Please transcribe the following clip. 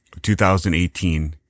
2018